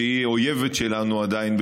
שהיא אויבת שלנו עדיין,